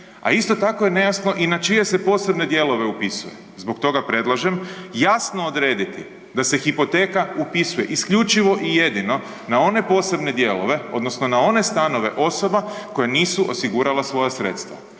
a isto tako je nejasno i na čije se posebne dijelove upisuje, zbog toga predlažem jasno odrediti da se hipoteka upisuje isključivo i jedino na one posebne dijelove odnosno na one stanove osoba koja nisu osigurala svoja sredstva.